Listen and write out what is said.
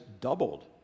doubled